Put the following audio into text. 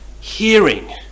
hearing